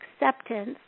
acceptance